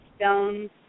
stones